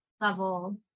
level